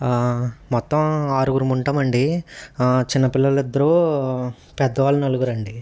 మొత్తం ఆరుగురు ఉంటామండి చిన్నపిల్లలద్దరూ పెద్దవాళ్ళ నలుగురండి